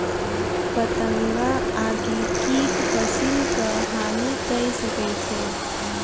पतंगा आदि कीट फसिलक हानि कय सकै छै